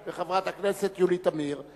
אני קובע שהצעת חוק העונשין (תיקון,